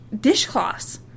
dishcloths